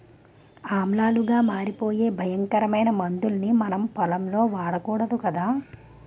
ఆమ్లాలుగా మారిపోయే భయంకరమైన మందుల్ని మనం పొలంలో వాడకూడదు కదా